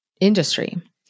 industry